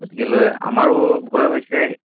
গতিকেলৈ আমাৰো ভয় হৈছে